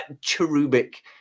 cherubic